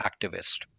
Activist